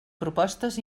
propostes